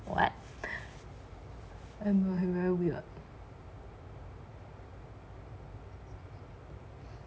what I know very weird